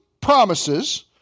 promises